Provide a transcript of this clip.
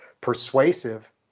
persuasive